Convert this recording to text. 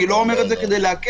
אני לא אומר את זה כדי לעכב,